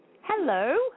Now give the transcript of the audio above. Hello